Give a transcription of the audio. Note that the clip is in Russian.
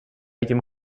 этим